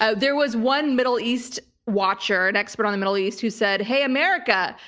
ah there was one middle east watcher, an expert on the middle east, who said, hey, america.